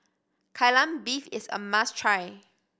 Kai Lan Beef is a must try